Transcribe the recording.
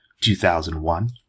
2001